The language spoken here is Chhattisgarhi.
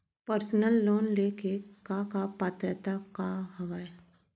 पर्सनल लोन ले के का का पात्रता का हवय?